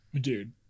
Dude